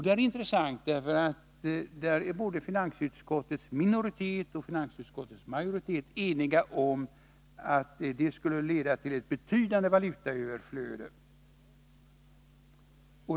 Det är intressant därför att finansutskottets minoritet och finansutskottets majoritet är eniga om att det skulle leda till ett betydande valutautflöde.